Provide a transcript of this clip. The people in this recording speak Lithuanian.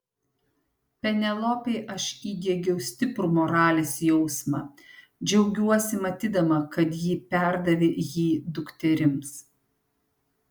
penelopei aš įdiegiau stiprų moralės jausmą džiaugiuosi matydama kad ji perdavė jį dukterims